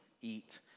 eat